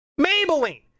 Maybelline